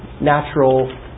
natural